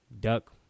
Duck